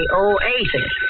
oasis